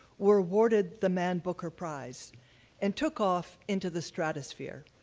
were awarded the man booker prize and took off into the stratosphere.